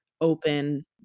open